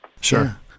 Sure